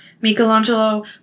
Michelangelo